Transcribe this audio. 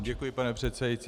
Děkuji, pane předsedající.